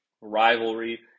rivalry